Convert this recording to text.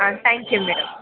ಹಾಂ thank you madam